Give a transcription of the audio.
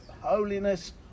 holiness